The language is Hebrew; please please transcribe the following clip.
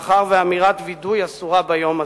מאחר שאמירת וידוי אסורה ביום זה.